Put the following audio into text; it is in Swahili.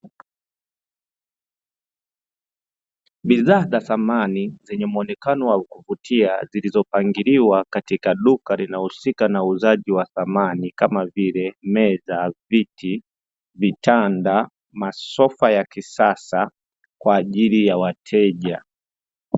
Bidhaa za samani zenye muonekano wa kuvutia, zilizopangiliwa katika duka linalohusika na uuzaji wa samani kama vile: meza, viti, vitanda, masofa ya kisasa; kwa ajili ya wateja.